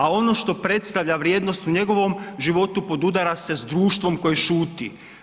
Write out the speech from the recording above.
A ono što predstavlja vrijednost u njegovom životu podudara se s društvom koje šuti.